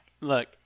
Look